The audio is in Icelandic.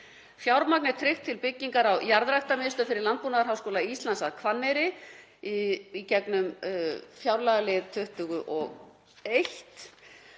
Fjármagn er tryggt til byggingar á jarðræktarmiðstöð fyrir Landbúnaðarháskóla Íslands á Hvanneyri, í gegnum fjárlagalið 21.